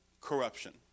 corruption